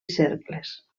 cercles